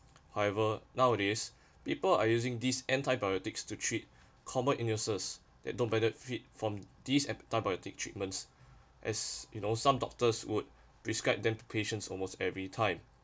however nowadays people are using these antibiotics to treat common illnesses that don't benefit from these and biotic treatments as you know some doctors would prescribe them to patients almost every time